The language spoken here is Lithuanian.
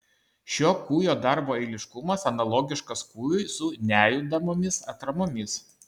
šio kūjo darbo eiliškumas analogiškas kūjui su nejudamomis atramomis